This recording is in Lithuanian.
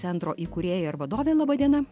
centro įkūrėja ir vadovė laba diena